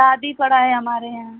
शादी पड़ा है हमारे यहाँ